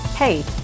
Hey